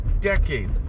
decade